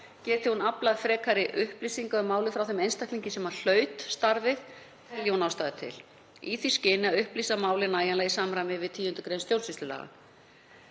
geti hún aflað frekari upplýsinga um málið frá þeim einstaklingi sem hlaut starfið, telji hún ástæðu til, í því skyni að upplýsa málið nægjanlega í samræmi við 10. gr. stjórnsýslulaga.